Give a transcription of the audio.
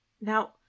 Now